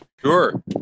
Sure